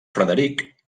frederic